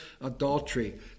adultery